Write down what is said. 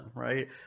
Right